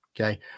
Okay